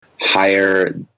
higher